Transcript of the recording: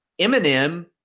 Eminem